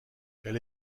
elle